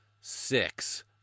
six